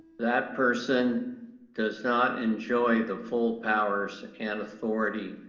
that person does not enjoy the full powers and authority